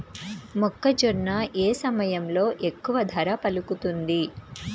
మొక్కజొన్న ఏ సమయంలో ఎక్కువ ధర పలుకుతుంది?